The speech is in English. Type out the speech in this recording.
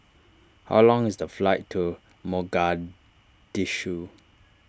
how long is the flight to Mogadishu